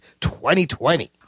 2020